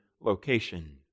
location